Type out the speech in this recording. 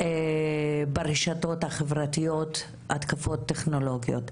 ברשתות החברתיות, התקפות טכנולוגיות.